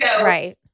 right